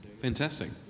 Fantastic